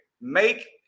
make